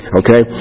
okay